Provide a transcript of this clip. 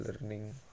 learning